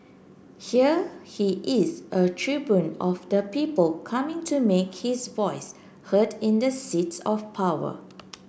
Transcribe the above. here he is a tribune of the people coming to make his voice heard in the seats of power